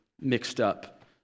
mixed-up